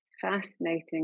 fascinating